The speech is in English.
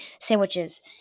sandwiches